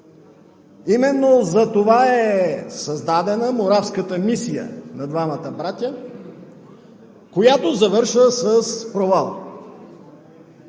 Именно затова е създадена Моравската мисия на двамата братя, която завършва с провал.